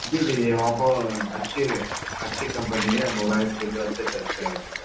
جی جی جی اوپو اچھی اچھی کمپنی ہے موبائل بھی تو اچھے چلتے ہیں اس کے